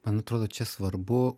man atrodo čia svarbu